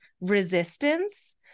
resistance